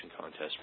Contest